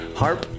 harp